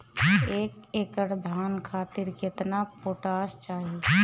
एक एकड़ धान खातिर केतना पोटाश चाही?